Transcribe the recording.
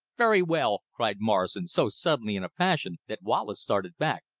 very well, cried morrison, so suddenly in a passion that wallace started back.